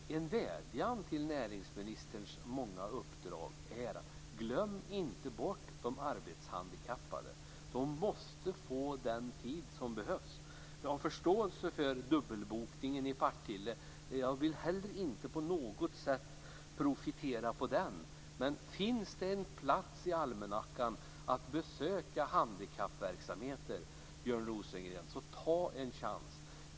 En vädjan till näringsministern i hans många uppdrag är: Glöm inte bort de arbetshandikappade! De måste få den tid som behövs. Jag har förståelse för dubbelbokningen i Partille och vill inte på något sätt profitera på den. Men finns det en plats i almanackan för att besöka handikappverksamheter, Björn Rosengren, så ta en chans!